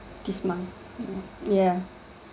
this month ya